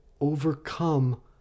overcome